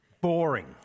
Boring